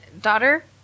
daughter